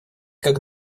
как